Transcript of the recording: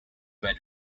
wear